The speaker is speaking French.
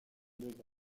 degré